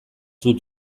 dut